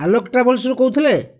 ଆଲୋକ ଟ୍ରାଭେଲ୍ସରୁ କହୁଥିଲେ